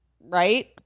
Right